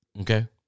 Okay